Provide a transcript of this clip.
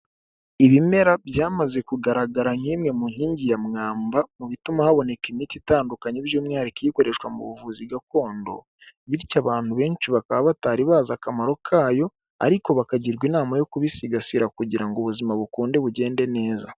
Ibimera byamaze kugaragara nk'imwe mu nkingi ya mwamba mu bituma haboneka imiti itandukanye by'umwihariko ikoreshwa mu buvuzi Gakondo, bityo abantu benshi bakaba batari bazi akamaro kayo, ariko bakagirwa inama yo kubisigasira kugira ngo ubuzima bukunde bugende neza.